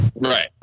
Right